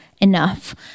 enough